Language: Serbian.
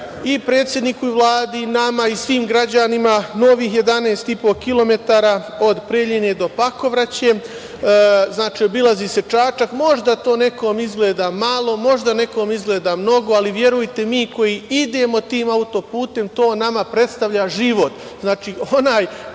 i predsedniku i Vladi i nama i svim građanima novih 11,5 kilometara od Preljine do Pakovraće. Znači, obilazi se Čačak, možda to nekom izgleda malo, možda nekome izgleda mnogo, ali verujte mi koji idemo tim autoputem to nama predstavlja život. Onaj